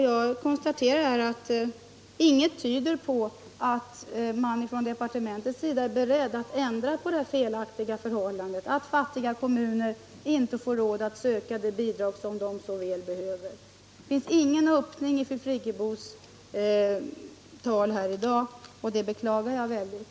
Jag konstaterar att inget tyder på att man inom departementet är beredd att ändra på det felaktiga förhållandet att fattiga kommuner inte har råd att söka de bidrag som de så väl behöver. Det finns ingen öppning i fru Friggebos tal här i dag, och det beklagar jag mycket.